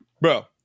Bro